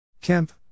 Kemp